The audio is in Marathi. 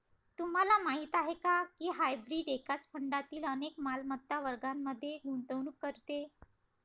तुम्हाला माहीत आहे का की हायब्रीड एकाच फंडातील अनेक मालमत्ता वर्गांमध्ये गुंतवणूक करते?